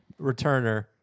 returner